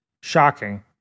shocking